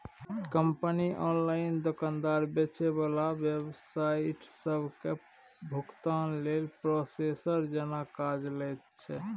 company online दोकानदार, बेचे बला वेबसाइट सबके भुगतानक लेल प्रोसेसर जेना काज लैत छै